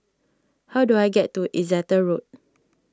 how do I get to Exeter Road